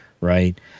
right